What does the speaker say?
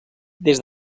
des